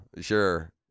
sure